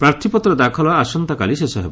ପ୍ରାର୍ଥୀପତ୍ର ଦାଖଲ ଆସନ୍ତାକାଲି ଶେଷ ହେବ